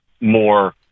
more